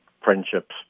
friendships